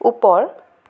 ওপৰ